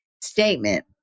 statement